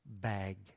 bag